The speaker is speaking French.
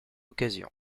occasion